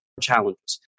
challenges